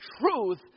truth